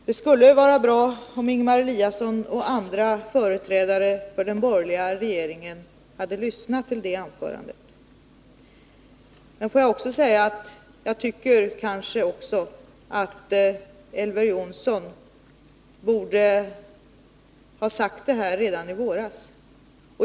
Det hade varit bra om Ingemar Eliasson och andra företrädare för den borgerliga regeringen hade lyssnat till det anförandet. Låt mig också säga att jag tycker att Elver Jonsson borde ha sagt det här redan våras.